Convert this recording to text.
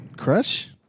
crush